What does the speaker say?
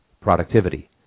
productivity